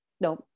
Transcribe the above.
no